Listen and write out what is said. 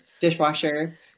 dishwasher